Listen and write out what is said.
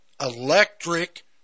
electric